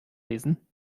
lesen